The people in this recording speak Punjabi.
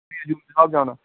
ਹਜ਼ੂਰ ਸਾਹਿਬ ਜਾਣਾ